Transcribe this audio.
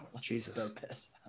Jesus